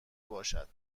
باشد